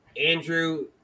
Andrew